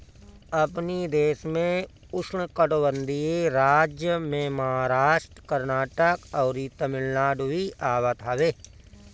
अपनी देश में उष्णकटिबंधीय राज्य में महाराष्ट्र, कर्नाटक, अउरी तमिलनाडु भी आवत हवे